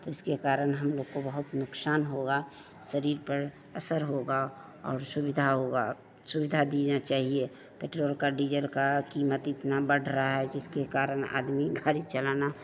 तो इसके कारण हमलोग को बहुत नुकसान होगा शरीर पर असर होगा और असुविधा होगी सुविधा देनी चाहिए पेट्रोल की डीजल की कीमत इतनी बढ़ रही है जिसके कारण आदमी गाड़ी चलाना छोड़ रहा है